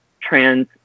trans